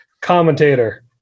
commentator